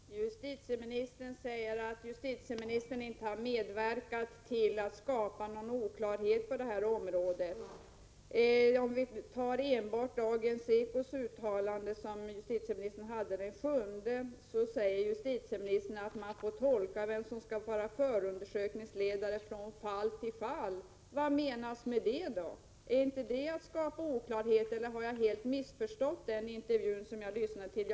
Herr talman! Justitieministern säger att justitieministern inte har medverkat till att skapa någon oklarhet på det här området. För att ta enbart uttalandet i Dagens Eko den 7 mars, säger justitieministern att man får tolka vem som skall vara förundersökningsledare från fall till fall. Vad menas med det då? Är inte det att skapa oklarhet? Eller har jag helt missförstått den intervjun, som jag lyssnade till?